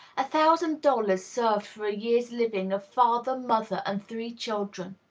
a thousand dollars served for a year's living of father, mother, and three children.